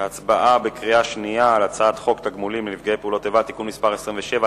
הצעת חוק התגמולים לנפגעי פעולות איבה (תיקון מס' 27),